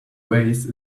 vase